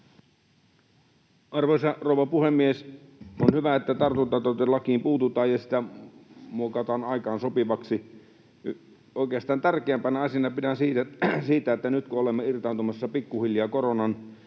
Arvoisa rouva puhemies! On hyvä, että tartuntatautilakiin puututaan ja sitä muokataan aikaan sopivaksi. Oikeastaan tärkeämpänä asiana pidän sitä, että nyt kun olemme irtaantumassa pikkuhiljaa koronan